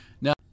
now